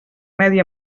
medi